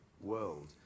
world